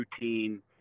routine